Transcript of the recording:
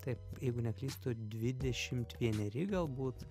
taip jeigu neklystu dvidešim vieneri galbūt